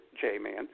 J-Man